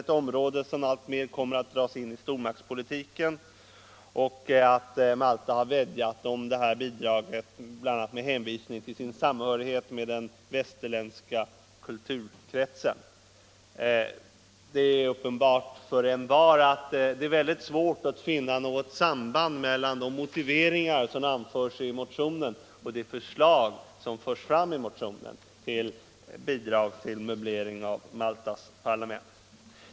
Det gäller ju ett område som alltmer kommer att dras in i stormaktspolitiken. Och Malta har vädjat om detta bidrag bl.a. med hänvisning till sin samhörighet med den västerländska kulturkretsen. Det är uppenbart för envar att det är väldigt svårt att finna något samband mellan de motiveringar som anförs i motionen och det förslag som läggs fram i motionen om bidrag till möbleringen av Maltas parlament.